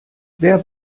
wer